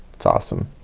it's awesome!